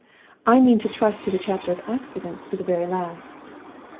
i mean to trust to the chapter of accidents to the very last.